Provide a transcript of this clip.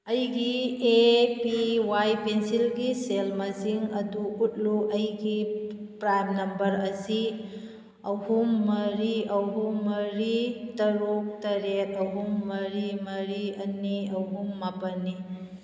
ꯑꯩꯒꯤ A P Y ꯄꯦꯟꯁꯤꯜꯒꯤ ꯁꯦꯜ ꯃꯁꯤꯡ ꯑꯗꯨ ꯎꯠꯂꯨ ꯑꯩꯒꯤ ꯄ꯭ꯔꯥꯟ ꯅꯝꯕꯔ ꯑꯁꯤ ꯑꯍꯨꯝ ꯃꯔꯤ ꯑꯍꯨꯝ ꯃꯔꯤ ꯇꯔꯨꯛ ꯇꯔꯦꯠ ꯑꯍꯨꯝ ꯃꯔꯤ ꯃꯔꯤ ꯑꯅꯤ ꯑꯍꯨꯝ ꯃꯥꯄꯜꯅꯤ